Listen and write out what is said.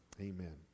Amen